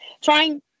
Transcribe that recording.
trying